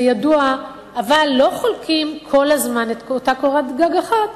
ידוע אבל לא חולקים כל הזמן קורת גג אחת,